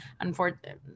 unfortunately